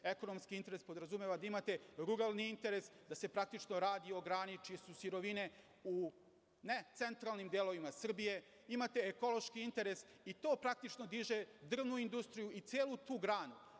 Ekonomski interes podrazumeva da imate ruralni interes, da se praktično radi o grani čije su sirovine u necentralnim delovima Srbije, imate ekološki interes i to praktično diže drvnu industriju i celu tu granu.